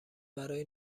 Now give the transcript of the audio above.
برای